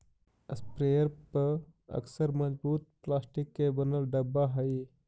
sprayer पअक्सर मजबूत plastic के बनल डब्बा हई